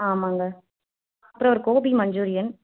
ஆமாங்க அப்புறம் ஒரு கோபி மஞ்சூரியன்